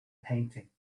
painting